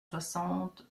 soixante